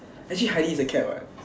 actually Heidi is the cat what